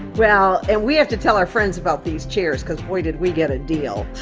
well, and we have to tell our friends about these chairs cause boy, did we get a deal.